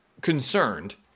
concerned